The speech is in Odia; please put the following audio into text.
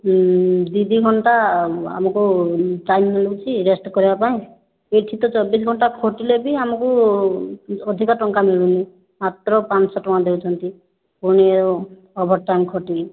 ଦୁଇ ଦୁଇ ଘଣ୍ଟା ଆମକୁ ଟାଇମ୍ ମିଳୁଛି ରେଷ୍ଟ୍ କରିବା ପାଇଁ ଏଇଠି ତ ଚବିଶ ଘଣ୍ଟା ଖଟିଲେ ବି ଆମକୁ ଅଧିକ ଟଙ୍କା ମିଳୁନି ମାତ୍ର ପାଞ୍ଚ ଶହ ଟଙ୍କା ଦେଉଛନ୍ତି ପୁଣି ଅଭର୍ ଟାଇମ୍ ଖଟିକି